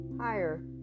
higher